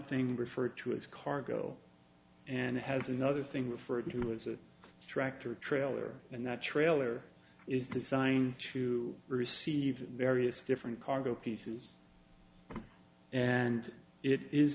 thing refer to its cargo and has another thing referred to as a tractor trailer and the trailer is designed to receive various different cargo pieces and it is